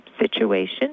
situation